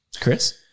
Chris